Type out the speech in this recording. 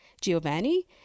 Giovanni